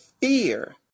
fear